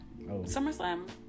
SummerSlam